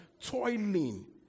toiling